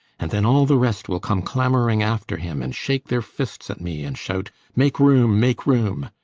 and then all the rest will come clamouring after him, and shake their fists at me and shout make room make room!